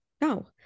No